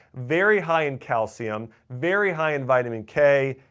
very high in calcium, very high in vitamin k.